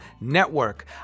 network